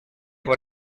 for